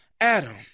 Adam